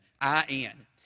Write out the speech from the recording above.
I-N